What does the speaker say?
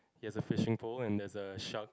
he has a fishing pole and there's a shark